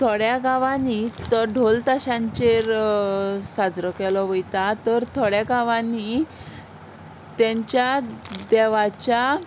थोड्या गांवांनी तो ढोल ताशांचेर साजरो केलो वता तर थोड्या गांवांनी तांच्या देवाच्या